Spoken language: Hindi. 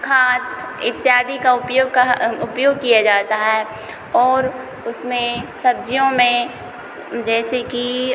खाद इत्यादि का उपयोग कहा उपयोग किया जाता है और उसमें सब्ज़ियों में जैसे कि